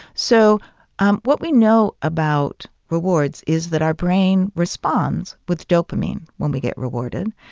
so um what we know about rewards is that our brain responds with dopamine when we get rewarded.